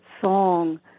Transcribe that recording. song